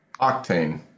Octane